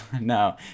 no